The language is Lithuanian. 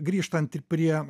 grįžtant prie